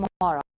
tomorrow